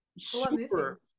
super